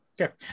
Okay